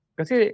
kasi